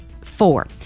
four